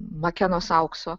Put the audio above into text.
makenos aukso